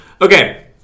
Okay